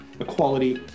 equality